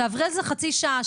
תעברי על זה חצי שעה,